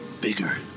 Bigger